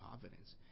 providence